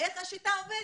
איך השיטה עובדת,